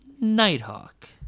Nighthawk